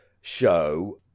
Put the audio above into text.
show